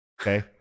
okay